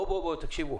תקשיבו,